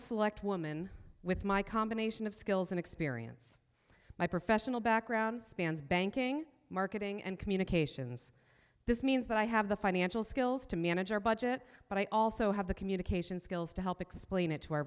a select woman with my combination of skills and experience my professional background spans banking marketing and communications this means that i have the financial skills to manage our budget but i also have the communication skills to help explain it to